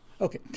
okay